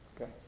Okay